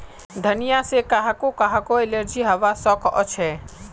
धनिया से काहको काहको एलर्जी हावा सकअछे